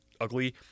ugly